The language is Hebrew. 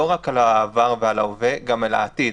לא רק על העבר והווה אלא לגבי העתיד.